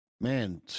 man